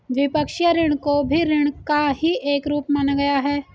द्विपक्षीय ऋण को भी ऋण का ही एक रूप माना गया है